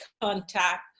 contact